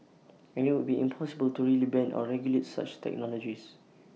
and IT would be impossible to really ban or regulate such technologies